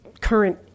current